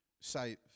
say